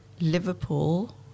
Liverpool